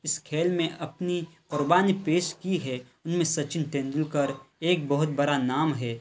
اس کھیل میں اپنی قربانی پیش کی ہے ان میں سچن تیندولکر ایک بہت بڑا نام ہے